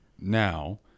now